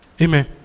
Amen